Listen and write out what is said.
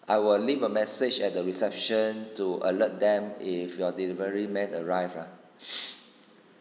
I will leave a message at the reception to alert them if your delivery man arrived ah